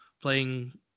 playing